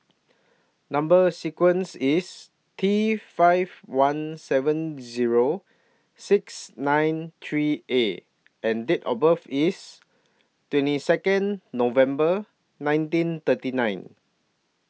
Number sequence IS T five one seven Zero six nine three A and Date of birth IS twenty Second November nineteen thirty nine